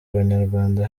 abanyarwanda